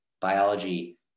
biology